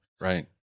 Right